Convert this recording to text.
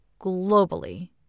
globally